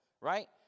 right